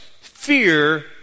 fear